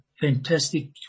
fantastic